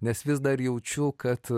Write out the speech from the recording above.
nes vis dar jaučiu kad